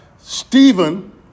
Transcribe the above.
Stephen